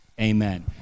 Amen